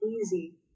easy